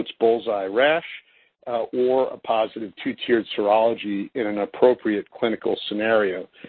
bullseye rash or a positive, two-tiered serology in an appropriate clinical scenario.